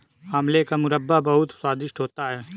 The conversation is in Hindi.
आंवले का मुरब्बा बहुत स्वादिष्ट होता है